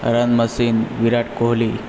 run machine Virat Kohli